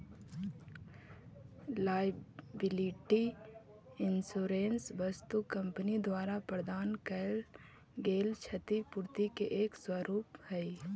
liability insurance वस्तु company द्वारा प्रदान कैइल गेल क्षतिपूर्ति के एक स्वरूप हई